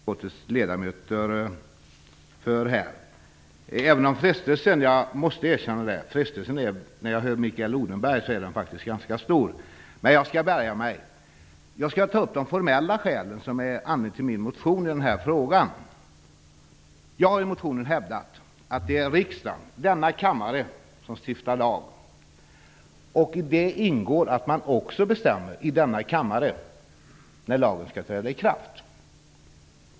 Herr talman! Det är kanske en smula förmätet av mig att lägga mig i den sakdiskussion som utskottets ledamöter här för. Men när jag hör Mikael Odenberg blir frestelsen stor. Men jag skall bärga mig. Jag skall ta upp de formella skälen, som är anledningen till min motion i frågan. Jag har i motionen hävdat att det är riksdagen, denna kammare, som stiftar lag. I det ingår att denna kammare bestämmer när lagen skall träda i kraft.